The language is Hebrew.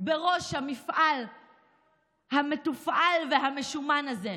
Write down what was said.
בראש המפעל המתופעל והמשומן הזה?